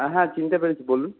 হ্যাঁ হ্যাঁ চিনতে পেরেছি বলুন